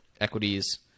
Equities